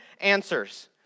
answers